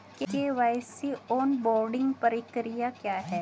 KYC onboarding प्रक्रिया क्या है?